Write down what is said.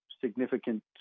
significant